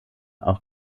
auch